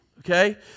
okay